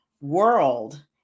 world